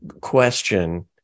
question